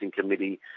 Committee